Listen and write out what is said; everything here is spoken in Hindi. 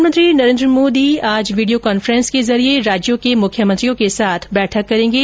प्रधानमंत्री नरेन्द्र मोदी आज वीडियो कॉन्फ्रेंस के जरिए राज्यों के मुख्यमंत्रियों के साथ बैठक करेंगे